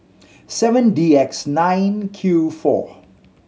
seven D X nine Q four